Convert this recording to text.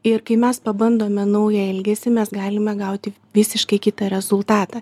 ir kai mes pabandome naują elgesį mes galime gauti visiškai kitą rezultatą